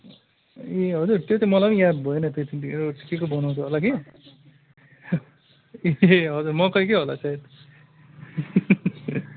ए हजुर त्यो त मलाई पनि याद भएन ढिँडोहरू चाहिँ के के बनाउँछ होला कि ए हजुर मकैकै होला सायद